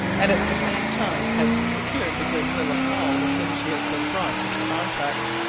and at the same time has secured the goodwill of all with whom she has been brought into contact.